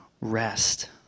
rest